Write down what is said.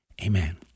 Amen